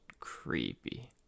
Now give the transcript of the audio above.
creepy